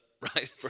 Right